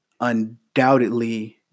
undoubtedly